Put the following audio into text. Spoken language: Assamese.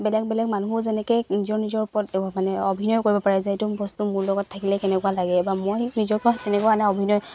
বেলেগ বেলেগ মানুহো যেনেকৈ নিজৰ নিজৰ ওপৰত মানে অভিনয় কৰিব পাৰে যে এইটো বস্তু মোৰ লগত থাকিলে কেনেকুৱা লাগে বা মই নিজকে তেনেকুৱা মানে অভিনয়